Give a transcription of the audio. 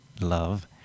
love